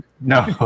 No